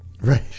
Right